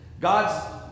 God's